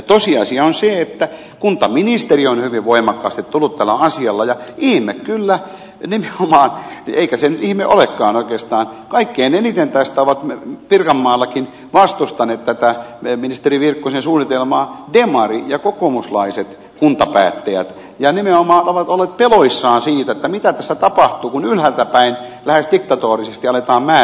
tosiasia on se että kuntaministeri on hyvin voimakkaasti tullut tällä asialla esille ja ihme kyllä nimenomaan eikä se nyt ihme olekaan oikeastaan kaikkein eniten tätä ovat pirkanmaallakin vastustaneet tätä ministeri virkkusen suunnitelmaa demari ja kokoomuslaiset kuntapäättäjät ja nimenomaan ovat olleet peloissaan siitä mitä tässä tapahtuu kun ylhäältä päin lähes diktatorisesti aletaan määrätä